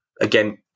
Again